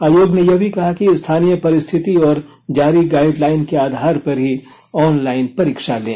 आयोग ने यह भी कहा कि स्थानीय परिस्थिति और जारी गाइडलाइन के आधार पर ही ऑनलाइन परीक्षा लें